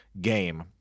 game